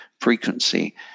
frequency